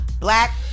black